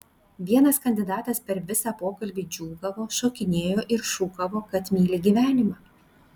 vienas kandidatas per visą pokalbį džiūgavo šokinėjo ir šūkavo kad myli gyvenimą